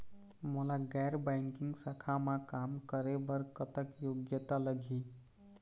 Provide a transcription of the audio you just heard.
मोला गैर बैंकिंग शाखा मा काम करे बर कतक योग्यता लगही?